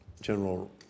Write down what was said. General